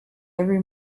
every